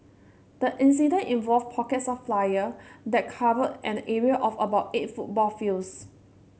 the incident involved pockets of fire that covered an area of about eight football fields